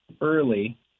early